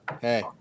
Hey